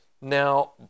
now